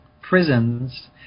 prisons